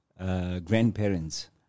Grandparents